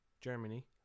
Germany